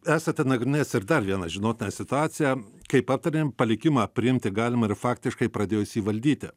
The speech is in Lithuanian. esate nagrinėjęs ir dar vieną žinotiną situaciją kaip aptarėm palikimą priimti galima ir faktiškai pradėjus jį valdyti